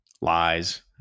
lies